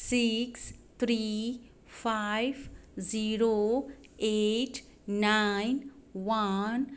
six three five zero eight nine one